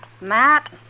Matt